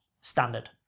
standard